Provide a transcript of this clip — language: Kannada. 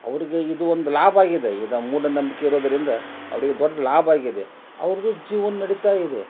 ಅವ್ರಿಗೆ ಇದು ಒಂದು ಲಾಭ ಆಗಿದೆ ಇದ ಮೂಢನಂಬಿಕೆ ಇರೋದರಿಂದ ಅವ್ರ್ಗೆ ದೊಡ್ಡ ಲಾಭ ಆಗಿದೆ ಅವ್ರದ್ದು ಜೀವನ ನಡೀತಾ ಇದೆ